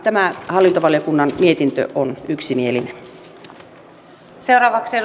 tämä hallintovaliokunnan mietintö on yksimielinen